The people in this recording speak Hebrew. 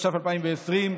התש"ף 2020,